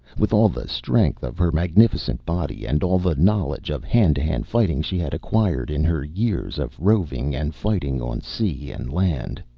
with all the strength of her magnificent body and all the knowledge of hand-to-hand fighting she had acquired in her years of roving and fighting on sea and land.